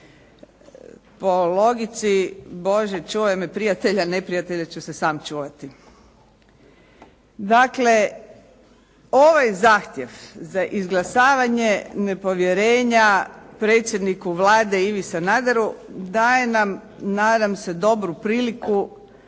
Po logici "Bože čuvaj me prijatelja, neprijatelja ću se sam čuvati". Dakle ovaj zahtjev za izglasavanje nepovjerenja predsjedniku Vlade Ivi Sanaderu, daje nam nadam se dobru priliku